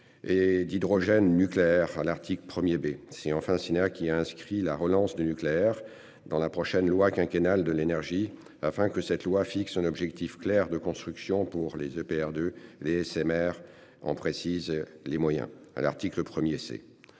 Et d'hydrogène nucléaire à l'article 1er bé c'est enfin un cinéma qui a inscrit la relance du nucléaire dans la prochaine loi quinquennale de l'énergie afin que cette loi fixe un objectif clair de construction pour les EPR de les SMR en précise les moyens à l'article 1er